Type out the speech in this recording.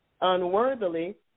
unworthily